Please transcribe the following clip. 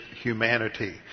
humanity